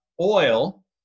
oil